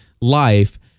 life